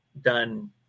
done